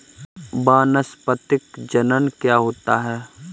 वानस्पतिक जनन क्या होता है?